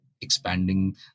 expanding